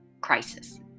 crisis